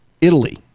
Italy